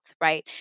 right